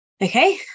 Okay